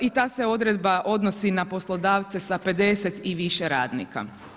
I ta se odredba odnosi na poslodavce sa 50 i više radnika.